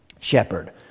shepherd